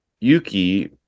yuki